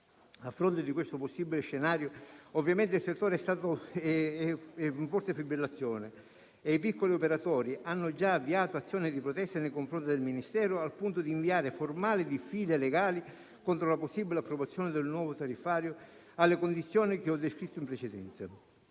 A fronte di questo possibile scenario, ovviamente il settore è in forte fibrillazione e i piccoli operatori hanno già avviato azioni di protesta nei confronti del Ministero, al punto di inviare formali diffide legali contro la possibile promozione del nuovo tariffario alle condizioni che ho descritto in precedenza.